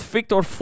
Victor